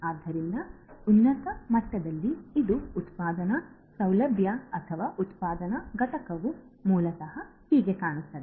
ಆದ್ದರಿಂದ ಉನ್ನತ ಮಟ್ಟದಲ್ಲಿ ಇದು ಉತ್ಪಾದನಾ ಸೌಲಭ್ಯ ಅಥವಾ ಉತ್ಪಾದನಾ ಘಟಕವು ಮೂಲತಃ ಹೀಗೆ ಕಾಣುತ್ತದೆ